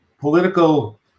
political